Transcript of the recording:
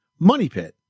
MONEYPIT